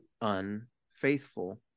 unfaithful